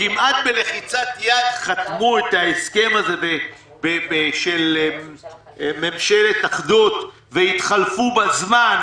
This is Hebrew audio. כמעט בלחיצת יד חתמו את ההסכם הזה של ממשלת אחדות והתחלפו בזמן,